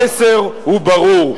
המסר הוא ברור.